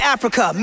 Africa